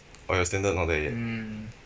oh your standard not there yet